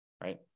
right